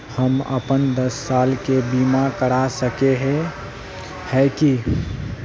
हम अपन दस साल के बीमा करा सके है की?